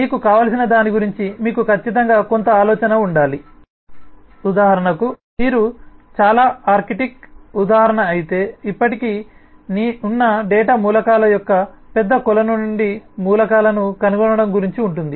మీకు కావలసిన దాని గురించి మీకు ఖచ్చితంగా కొంత ఆలోచన ఉండాలి ఉదాహరణకు మీరు చాలా ఆర్కిటిక్ ఉదాహరణ అయితే ఇప్పటికే ఉన్న డేటా మూలకాల యొక్క పెద్ద కొలను నుండి మూలకాలను కనుగొనడం గురించి ఉంటుంది